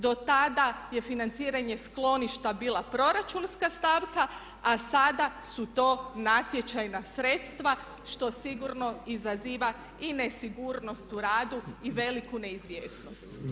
Do tada je financiranje skloništa bila proračunska stavka a sada su to natječajna sredstva što sigurno izaziva i nesigurnost u radu i veliku neizvjesnost.